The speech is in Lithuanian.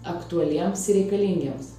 aktualiems ir reikalingiems